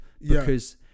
because-